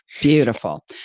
Beautiful